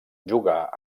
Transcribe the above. jugar